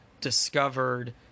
discovered